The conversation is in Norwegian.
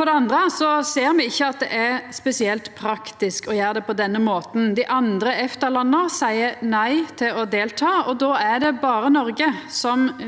For det andre ser me ikkje at det er spesielt praktisk å gjera det på denne måten. Dei andre EFTA-landa seier nei til å delta, og då er det berre Noreg som blir